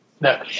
No